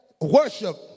worship